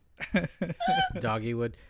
Doggywood